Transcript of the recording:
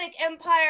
Empire